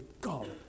God